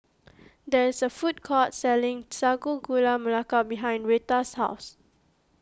there is a food court selling Sago Gula Melaka behind Rheta's house